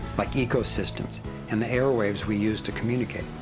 like ecosystems and the airwaves we use to communicate.